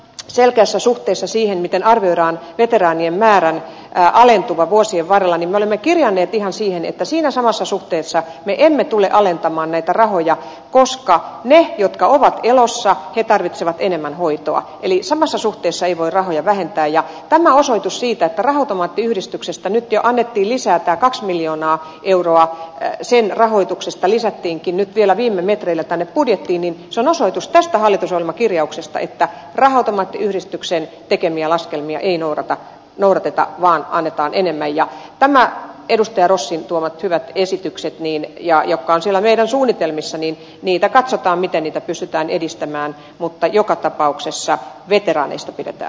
selkeässä suhteessa siihen miten arvioidaan veteraanien määrän alentuvan vuosien varrella olemme kirjanneet ihan siihen että siinä samassa suhteessa niemi tule alentamaan näitä rahoja koska ne jotka ovat jonossa he tarvitsevat enemmän hoitoa eli samassa suhteessa ei voi rahoja vähentää ja tämä osoitus siitä että raha automaattiyhdistyksestä nyt jo annettiin lisää kaksi miljoonaa euroa ja sen rahoituksesta lisättiinkin nyt vielä viime metreillä tämä budjetti niin se on osoitus tästä hallitusohjelmakirjauksesta että raha automaattiyhdistyksen tekemiä laskelmia eli nuorta noudateta vaan annetaan enemmän ja tämä edustaja rossin tuomat hyvät esitykset niin ja joka on sillä meidän suunnitelmissa niin niitä katsotaan miten niitä pystytään edistämään mutta joka tapauksessa veteraaneista pidetä